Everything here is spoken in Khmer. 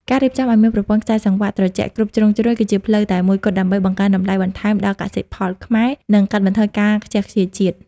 ការរៀបចំឱ្យមានប្រព័ន្ធខ្សែសង្វាក់ត្រជាក់គ្រប់ជ្រុងជ្រោយ គឺជាផ្លូវតែមួយគត់ដើម្បីបង្កើនតម្លៃបន្ថែមដល់កសិផលខ្មែរ និងកាត់បន្ថយការខ្ជះខ្ជាយជាតិ។